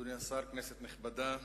אדוני השר, כנסת נכבדה,